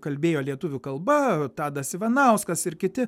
kalbėjo lietuvių kalba tadas ivanauskas ir kiti